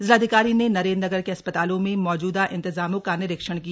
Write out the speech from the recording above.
जिलाधिकारी ने नरेंद्र नगर के अस्पतालों में मौजूदा इंतजामों का निरीक्षण किया